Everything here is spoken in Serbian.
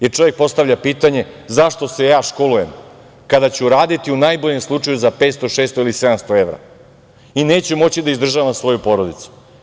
I, čovek postavlja pitanje, zašto se ja školujem kada ću raditi u najboljem slučaju za 500, 600 ili 700 evra i neću moći da izdržavam svoju porodicu?